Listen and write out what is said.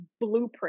blueprint